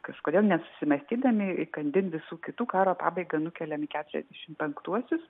kažkodėl nesusimąstydami įkandin visų kitų karo pabaigą nukeliam keturiasdešimt penktuosius